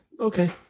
Okay